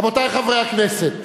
רבותי חברי הכנסת,